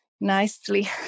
nicely